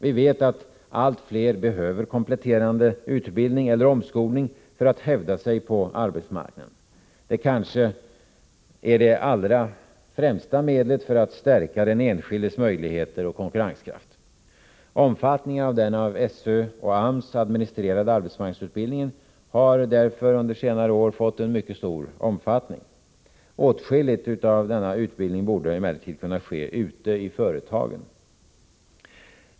Vi vet att allt fler behöver kompletterande utbildning eller omskolning för att hävda sig på arbetsmarknaden. Det är kanske det allra främsta medlet för att stärka den enskildes möjligheter och konkurrenskraft. Omfattningen av den av SÖ och AMS administrerade arbetsmarknadsutbildningen har därför under senare år fått en mycket stor omfattning. Åtskilligt av denna utbildning borde emellertid kunna ske ute i företagen.